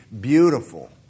beautiful